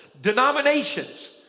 Denominations